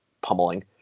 pummeling